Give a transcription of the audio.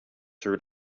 heard